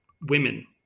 women